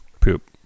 poop